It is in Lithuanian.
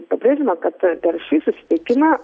pabrėžiama kad per šį susitikimą